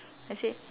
I say